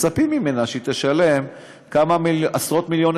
מצפים ממנה שהיא תשלם כמה עשרות-מיליוני